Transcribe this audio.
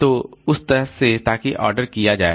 तो उस तरह से ताकि ऑर्डर किया जाए